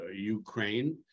Ukraine